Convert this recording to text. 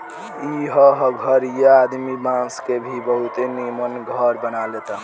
एह घरीया आदमी बांस के भी बहुते निमन घर बना लेता